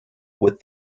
with